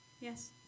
Yes